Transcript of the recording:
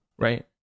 right